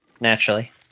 Naturally